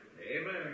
Amen